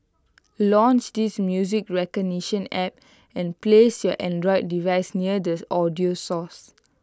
launch this music recognition app and place your Android device near the audio source